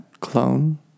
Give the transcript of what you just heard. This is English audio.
clone